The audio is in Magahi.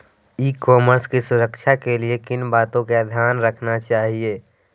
ई कॉमर्स की सुरक्षा के लिए किन बातों का ध्यान रखना चाहिए?